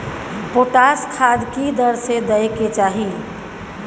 Potash खाद की दर से दै के चाही?